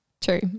True